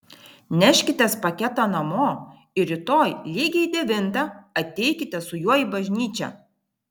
neškitės paketą namo ir rytoj lygiai devintą ateikite su juo į bažnyčią